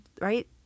right